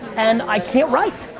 and i can't write.